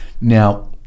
Now